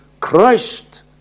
crushed